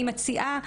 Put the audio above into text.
אני מציעה,